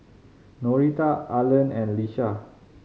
Norita Arlen and Ieshia